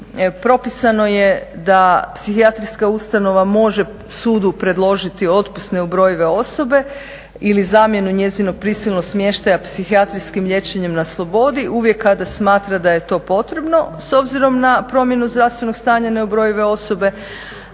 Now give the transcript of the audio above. Propisano je da psihijatrijska ustanova može sudu predložiti otpust neubrojive osobe ili zamjenu njezinog prisilnog smještaja psihijatrijskim liječenjem na slobodi uvijek kada smatra da je to potrebno s obzirom na promjenu zdravstvenog stanja neubrojive osobe,